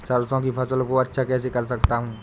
सरसो की फसल को अच्छा कैसे कर सकता हूँ?